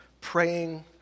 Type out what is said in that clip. praying